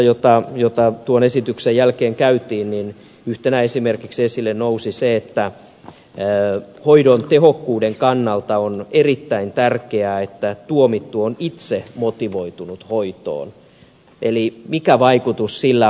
tällä lausuntokierroksella joka tuon esityksen jälkeen käytiin esille nousi esimerkiksi se että hoidon tehokkuuden kannalta on erittäin tärkeää että tuomittu on itse motivoitunut hoitoon